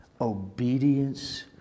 obedience